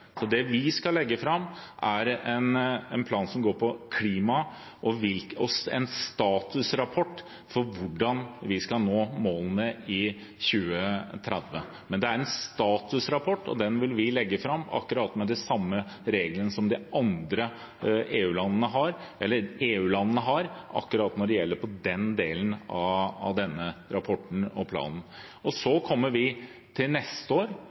plan som går på klima, en statusrapport for hvordan vi skal nå målene i 2030. Men det er en statusrapport, og den vil vi legge fram med akkurat de samme reglene som EU-landene har, akkurat når det gjelder den delen av denne rapporten og planen. Så kommer vi til neste år